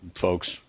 folks –